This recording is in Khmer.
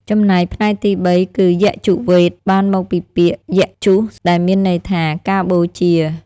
ចំណែកផ្នែកទី៣គឺ យជុវ៌េទ បានមកពីពាក្យ យជុស ដែលមានន័យថា ការបូជា។